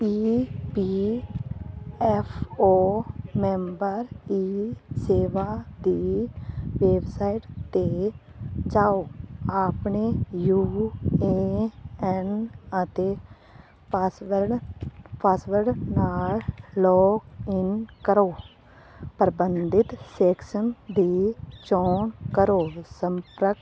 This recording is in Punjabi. ਈ P F O member E ਸੇਵਾ ਦੀ ਵੈਬਸਾਈਡ 'ਤੇ ਜਾਓ ਆਪਣੇ ਯੂ ਏ ਐੱਨ ਅਤੇ ਪਾਸਵਰਡ ਪਾਸਵਰਡ ਨਾਲ ਲੋਗਇੰਨ ਕਰੋ ਪ੍ਰਬੰਧਿਤ ਸ਼ੈਕਸਨ ਦੀ ਚੋਣ ਕਰੋ ਸੰਪਰਕ